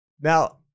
now